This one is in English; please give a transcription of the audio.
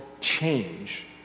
change